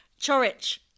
Chorich